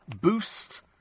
boost